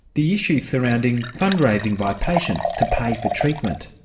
the issues surrounding fund-raising by patients to pay for treatment.